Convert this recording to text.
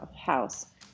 house